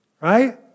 right